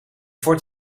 fort